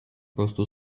prostu